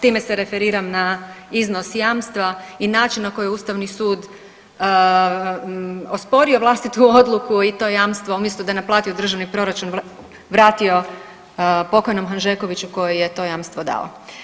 Time se referiram na iznos jamstva i način na koji je Ustavni sud osporio vlastitu odluku i to jamstvo umjesto da je naplatio u državni proračun, vratio pokojnom Hanžekoviću koji je to jamstvo dao.